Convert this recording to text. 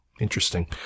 Interesting